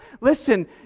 listen